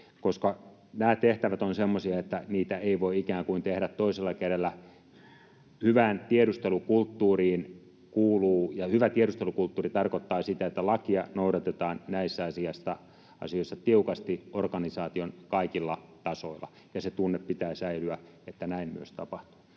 kädellä. Hyvään tiedustelukulttuuriin kuuluu ja hyvä tiedustelukulttuuri tarkoittaa sitä, että lakia noudatetaan näissä asioissa tiukasti organisaation kaikilla tasoilla, ja sen tunteen pitää säilyä, että näin myös tapahtuu.